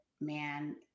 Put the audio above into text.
man